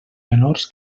menors